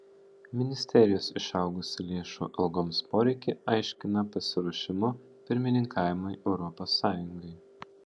ministerijos išaugusį lėšų algoms poreikį aiškina pasiruošimu pirmininkavimui europos sąjungai